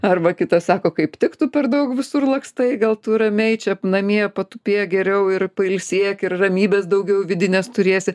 arba kitas sako kaip tik tu per daug visur lakstai gal tu ramiai čia namie patupėk geriau ir pailsėk ir ramybės daugiau vidinės turėsi